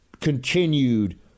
continued